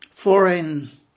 foreign